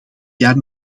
jaar